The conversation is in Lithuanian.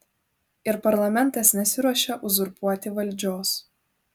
ir parlamentas nesiruošia uzurpuoti valdžios